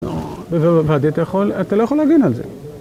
‫ואתה לא יכול להגן על זה.